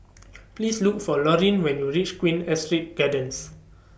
Please Look For Laureen when YOU REACH Queen Astrid Gardens